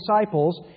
disciples